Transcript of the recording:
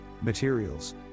materials